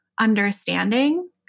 understanding